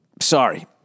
Sorry